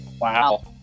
Wow